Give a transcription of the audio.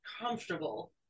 comfortable